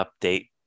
update